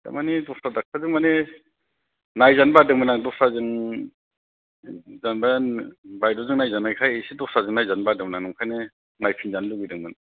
थारमानि दस्रा ड'क्टरजों मानि नायजानो बादोंमोन आं दस्राजों जेन'बा बायद'जों नायजानायखाय एसे दस्राजों नायजानो बादोंमोन नंखायनो नायफिनजानो लुगैदोंमोन